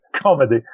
comedy